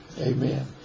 Amen